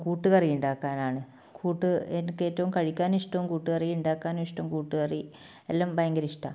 കൂട്ട്കറി ഉണ്ടാക്കാനാണ് കൂട്ട് എനിക്ക് ഏറ്റവും കഴിക്കാൻ ഇഷ്ടം കൂട്ടുകറി ഉണ്ടാക്കാൻ ഇഷ്ടം കൂട്ടുകറി എല്ലാം ഭയങ്കര ഇഷ്ടമാ